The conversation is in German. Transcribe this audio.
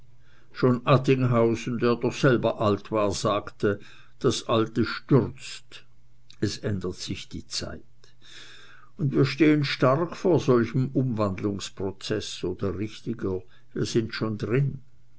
schon attinghausen der doch selber alt war sagte das alte stürzt es ändert sich die zeit und wir stehen sehr stark vor solchem umwandlungsprozeß oder richtiger wir sind schon drin